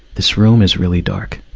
this room is really dark.